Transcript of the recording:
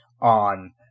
on